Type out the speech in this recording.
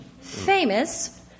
famous